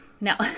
now